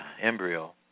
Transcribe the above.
embryo